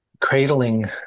cradling